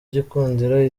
gikundiro